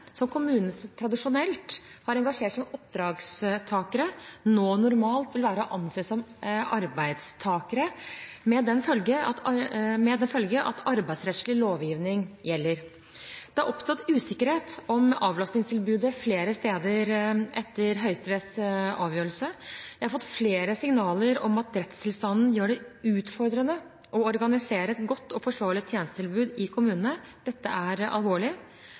som kommunene tradisjonelt har engasjert som oppdragstakere, nå normalt vil være å anse som arbeidstakere, med den følge at arbeidsrettslig lovgivning gjelder. Det har oppstått usikkerhet om avlastningstilbudet flere steder etter Høyesteretts avgjørelse. Jeg har fått flere signaler om at rettstilstanden gjør det utfordrende å organisere et godt og forsvarlig tjenestetilbud i kommunene. Dette er alvorlig.